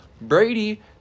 Brady